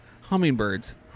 hummingbirds